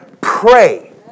Pray